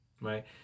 right